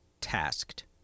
Tasked